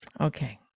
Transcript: Okay